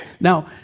Now